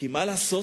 כי מה לעשות,